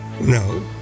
No